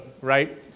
right